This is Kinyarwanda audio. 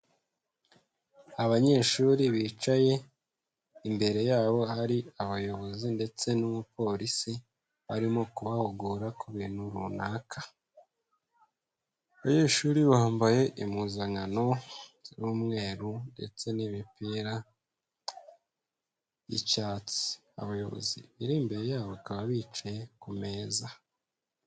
Abanyeshuri bicaye imbere yabo hari abayobozi ndetse n'umupolisi, barimo kubahugura ku bintu runaka. Abanyeshuri bambaye impuzankano z'umweru ndetse n'imipira y'icyatsi, abayobozi biri imbere yabo bakaba bicaye ku meza.